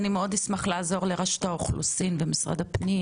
אני מאוד אשמח לעזור לרשות האוכלוסין ומשרד הפנים,